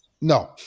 No